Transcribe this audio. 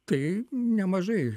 tai nemažai